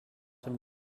him